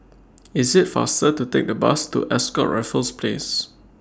IS IT faster to Take The Bus to Ascott Raffles Place